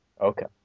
Okay